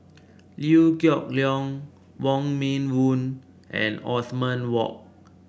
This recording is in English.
Liew Geok Leong Wong Meng Voon and Othman Wok